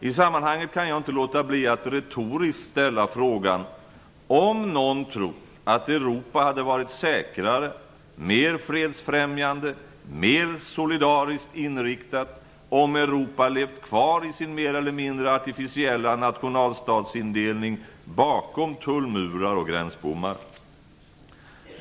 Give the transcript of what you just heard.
I sammanhanget kan jag inte låta bli att retoriskt ställa frågan, om någon tror att Europa hade varit säkrare, mer fredsfrämjande eller mer solidariskt inriktat om Europa levt kvar i sin mer eller mindre artificiella nationalstatsindelning bakom tullmurar och gränsbommar.